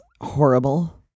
horrible